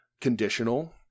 Conditional